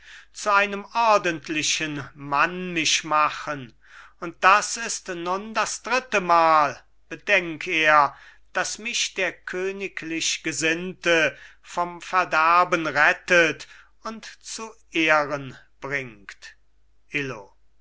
zu einem ordentlichen mann mich machen und das ist nun das dritte mal bedenk er daß mich der königlichgesinnte vom verderben rettet und zu ehren bringt illo